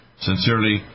Sincerely